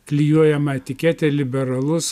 klijuojama etiketė liberalus